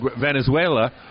Venezuela